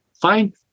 Fine